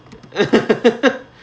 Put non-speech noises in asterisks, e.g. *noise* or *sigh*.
*laughs*